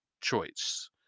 choice